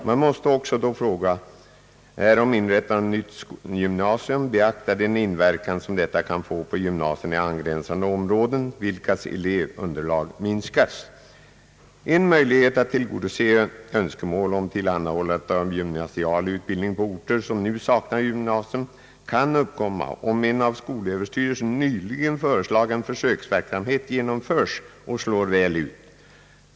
Man måste också, då fråga är om inrättande av ett nytt gymnasium, beakta den inverkan som detta kan få på gymnasierna i angränsande områden, vilkas elevunderlag minskas. En möjlighet att tillgodose önskemål om tillhandahållande av gymnasial utbildning på orter, som nu saknar gymnasium, kan uppkomma om en av skolöverstyrelsen nyligen föreslagen försöksverksamhet genomförs och slår väl ut.